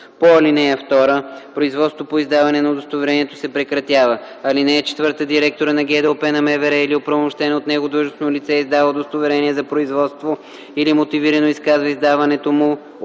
по ал. 2, производството по издаване на удостоверението се прекратява. (4) Директорът на ГДОП на МВР или оправомощено от него длъжностно лице издава удостоверение за производство или мотивирано отказва издаването му в едномесечен